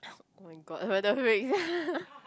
oh-my-god whether